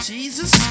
Jesus